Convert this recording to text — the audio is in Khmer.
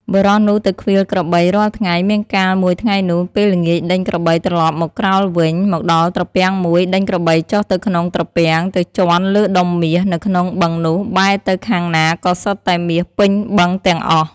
បុរសនោះទៅឃ្វាលក្របីរាល់ថ្ងៃមានកាលមួយថ្ងៃនោះ ពេលល្ងាចដេញក្របីត្រឡប់មកក្រោលវិញ មកដល់ត្រពាំងមួយដេញក្របីចុះទៅក្នុងត្រពាំងទៅជាន់លើដុំមាស នៅក្នុងបឹងនោះបែរទៅខាងណាក៏សុទ្ធតែមាសពេញបឹងទាំងអស់ ។